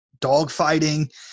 dogfighting